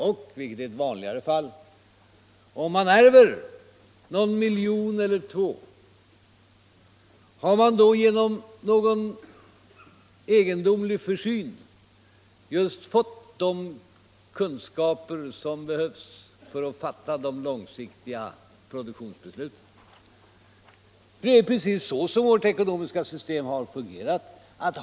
Och, vilket är ett vanligare fall: om man ärver någon miljon eller två, har man då genom någon egendomlig försyn just fått de kunskaper som behövs för att fatta de långsiktiga produktionsbesluten? Det är precis så som vårt ekonomiska system har fungerat.